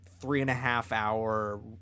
three-and-a-half-hour